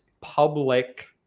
public